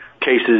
cases